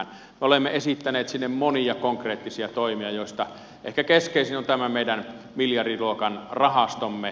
me olemme esittäneet sinne monia konkreettisia toimia joista ehkä keskeisin on tämä meidän miljardiluokan rahastomme